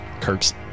Kirk's